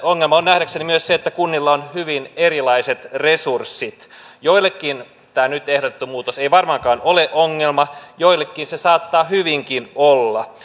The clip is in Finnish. ongelma on nähdäkseni myös se että kunnilla on hyvin erilaiset resurssit joillekin tämä nyt ehdotettu muutos ei varmaankaan ole ongelma joillekin se saattaa hyvinkin olla